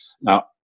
Now